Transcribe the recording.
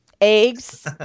eggs